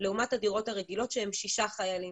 לעומת הדירות הרגילות שיש בהן 6 חיילים.